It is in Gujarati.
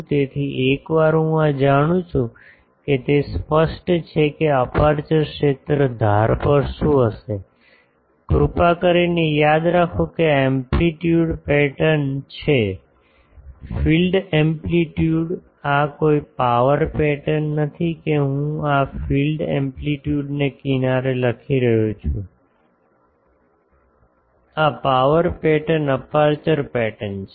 તેથી એકવાર હું આ જાણું છું કે તે સ્પષ્ટ છે કે અપેર્ચર ક્ષેત્ર ધાર પર શું હશે કૃપા કરીને યાદ રાખો કે આ એમ્પલીટ્યુડ પેટર્ન છે ફીલ્ડ એમ્પલીટ્યુડ આ કોઈ પાવર પેટર્ન નથી કે હું આ ફીલ્ડ એમ્પલીટ્યુડને કિનારે લખી રહ્યો છું આ પાવર પેટર્ન અપેર્ચર પેટર્ન છે